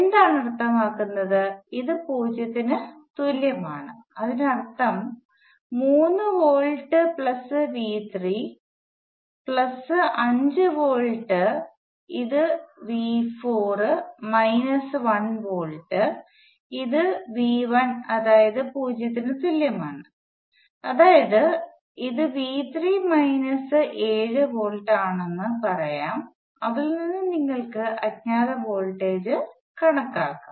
എന്താണ് അർത്ഥമാക്കുന്നത് ഇത് 0 ന് തുല്യമാണ് അതിനർത്ഥം 3 വോൾട്ട് പ്ലസ് വി3 പ്ലസ് 5 വോൾട്ട് ഇത് വി 4 മൈനസ് 1 വോൾട്ട് ഇത് വി 1 അതായത് 0 ന് തുല്യമാണ് അതായത് ഇത് വി3 മൈനസ് 7 വോൾട്ട് ആണെന്ന് പറയാം അതിൽ നിന്നും നിങ്ങൾക്ക് അജ്ഞാത വോൾട്ടേജ് കണക്കാക്കാം